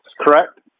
correct